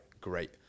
great